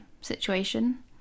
situation